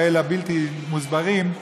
הבלתי-מוסברים,